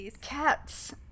cats